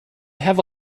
have